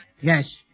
Yes